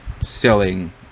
selling